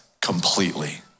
completely